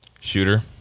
Shooter